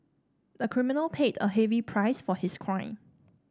the criminal paid a heavy price for his crime